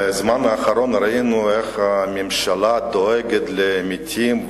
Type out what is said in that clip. בזמן האחרון ראינו איך הממשלה דואגת למתים,